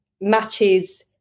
matches